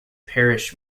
parish